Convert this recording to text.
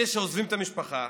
אלה שעוזבים את המשפחה,